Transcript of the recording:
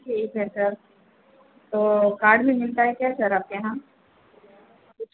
ठीक है सर तो कार्ड भी मिलता है क्या सर आपके यहाँ कुछ